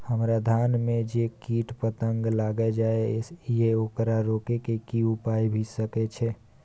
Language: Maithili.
हमरा धान में जे कीट पतंग लैग जाय ये ओकरा रोके के कि उपाय भी सके छै?